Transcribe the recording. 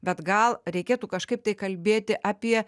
bet gal reikėtų kažkaip tai kalbėti apie